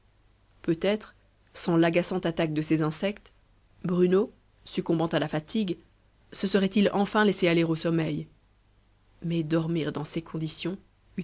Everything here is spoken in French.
peut-être sans l'agaçante attaque de ces insectes bruno succombant à la fatigue se serait-il enfin laissé aller au sommeil mais dormir dans ces conditions